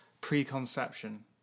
preconception